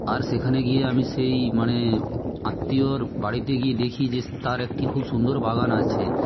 আর সেখানে গিয়ে আমি সেই মানে আত্মীয়র বাড়িতে গিয়ে দেখি যে তার একটি খুব সুন্দর বাগান আছে